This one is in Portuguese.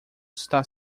está